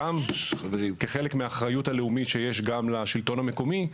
כחלק מהאחריות הלאומית שיש גם לשלטון המקומי,